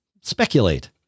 speculate